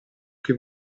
che